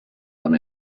when